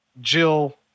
Jill